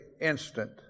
instant